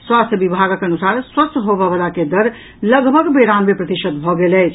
स्वास्थ्य विभागक अनुसार स्वस्थ होबयवला के दर लगभग बेरानवे प्रतिशत भऽ गेल अछि